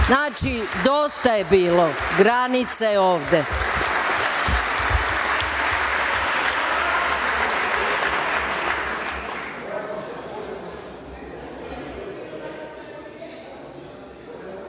Znači, dosta je bilo, granica je